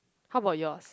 how about yours